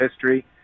history